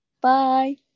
Bye